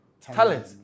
talent